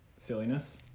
silliness